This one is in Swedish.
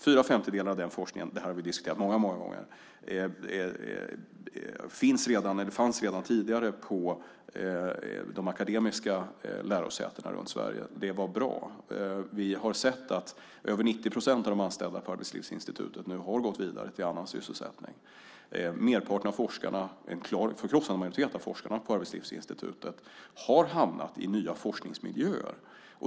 Fyra femtedelar av den forskningen, det har vi diskuterat många, många gånger, fanns redan tidigare på de akademiska lärosätena runt Sverige. Det var bra. Vi har sett att över 90 procent av de anställda på Arbetslivsinstitutet nu har gått vidare till annan sysselsättning. En förkrossande majoritet av forskarna på Arbetslivsinstitutet har hamnat i nya forskningsmiljöer.